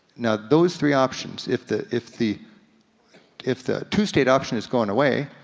now those three options, if the if the if the two-state option is gone away,